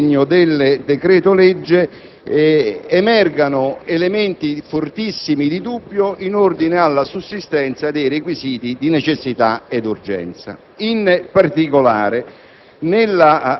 a sostegno del decreto-legge a me pare emergano elementi fortissimi di dubbio in ordine alla sussistenza dei requisiti di necessità e urgenza. In particolare,